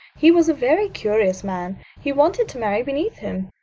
he was a very curious man. he wanted to marry beneath him.